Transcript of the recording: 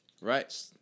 Right